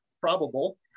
probable